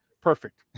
perfect